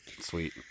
Sweet